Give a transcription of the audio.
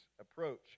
approach